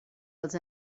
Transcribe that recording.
els